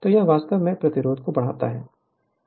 तो यह वास्तव में प्रतिरोध को बढ़ाता है